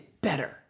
better